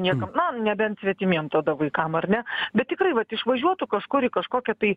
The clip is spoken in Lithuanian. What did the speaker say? niekam nu nebent svetimiem tada vaikam ar ne bet tikrai vat išvažiuotų kažkur į kažkokią tai